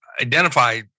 identify